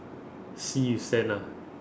sea with sand lah